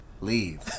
leave